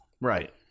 Right